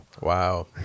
Wow